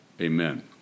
Amen